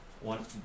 one